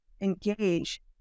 engage